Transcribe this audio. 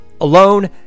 alone